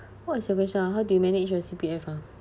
what is your question ah how do you manage your C_P_F ah